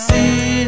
See